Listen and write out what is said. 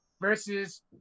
versus